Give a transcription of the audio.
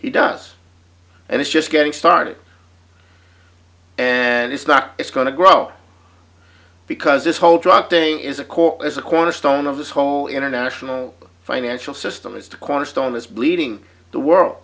he does and it's just getting started and it's not it's going to grow because this whole truck thing is a core is a cornerstone of this whole international financial system is to quote a stone is bleeding the world